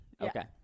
Okay